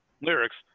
lyrics